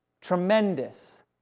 tremendous